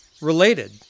related